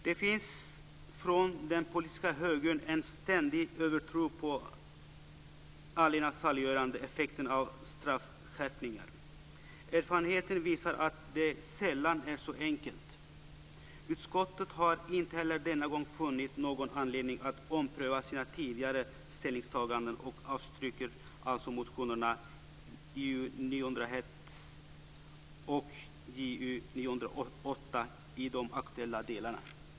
Det finns från den politiska högern en ständig övertro på den allena saliggörande effekten av straffskärpningar. Erfarenheten visar att det sällan är så enkelt. Utskottet har inte heller denna gång funnit någon anledning att ompröva sina tidigare ställningstaganden och avstyrker alltså Ju901 och Ju908 i de aktuella delarna.